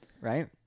right